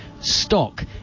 stock